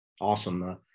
Awesome